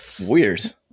Weird